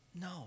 No